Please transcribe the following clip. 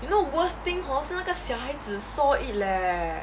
you know worst thing hor 是那个小孩子 saw it leh